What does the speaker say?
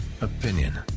opinion